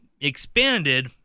expanded